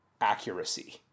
accuracy